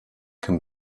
can